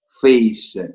face